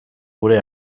gure